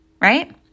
Right